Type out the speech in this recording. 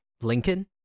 Lincoln